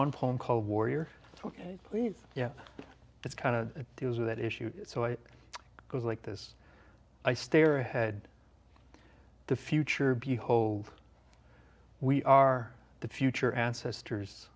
one poem called warrior so please yeah it's kind of deals with that issue so i goes like this i stare ahead the future behold we are the future ancestors